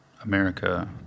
America